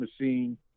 machine